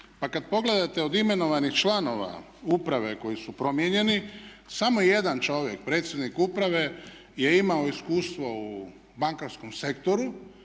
Pa kad pogledate od imenovanih članova uprave koji su promijenjeni samo je jedan čovjek predsjednik uprave je imao iskustvo u bankarskom sektoru,